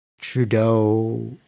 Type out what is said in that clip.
Trudeau